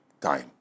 time